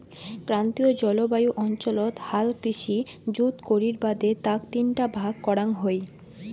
ক্রান্তীয় জলবায়ু অঞ্চলত হাল কৃষি জুত করির বাদে তাক তিনটা ভাগ করাং হই